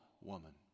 woman